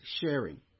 sharing